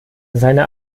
seine